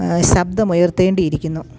ശബ്ദം ഉയർത്തേണ്ടി ഇരിക്കുന്നു